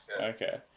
okay